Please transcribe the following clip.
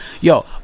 Yo